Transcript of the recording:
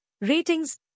ratings